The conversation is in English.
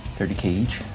thirty k each.